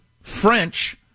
French